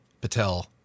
Patel